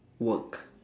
work